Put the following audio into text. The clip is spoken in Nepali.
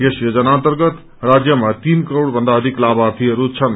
यस योजना अर्न्तगत राज्यमा तीन करोड़भन्दा अधिक लाभार्थीहरूछन्